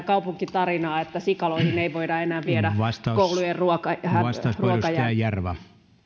kaupunkitarinaa että sikaloihin ei voida enää viedä koulujen ruokajäämiä